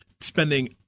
spending